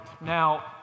Now